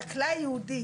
חקלאי יהודי